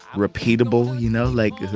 repeatable, you know? like,